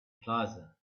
plaza